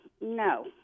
no